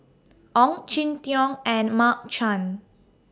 Ong Jin Teong and Mark Chan